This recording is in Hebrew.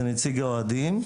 זה נציג האוהדים,